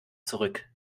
zurück